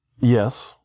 Yes